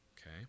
okay